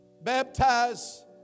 baptize